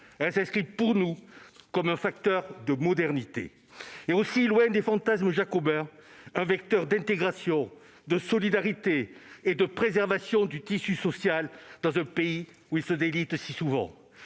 elle s'inscrit pour nous comme un facteur de modernité. Elle est aussi, loin des fantasmes jacobins, un vecteur d'intégration, de solidarité et de préservation du tissu social, dans un pays où il se délite si souvent.